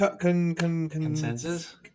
Consensus